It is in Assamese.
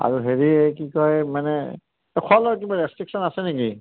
আৰু হেৰি কি কয় মানে খোৱা লোৱা কিবা ৰেষ্ট্ৰিকশ্যন আছে নেকি